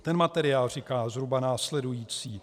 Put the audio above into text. Ten materiál říká zhruba následující: